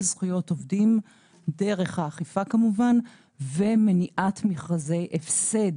זכויות עובדים דרך האכיפה כמובן ומניעת מכרזי הפסד,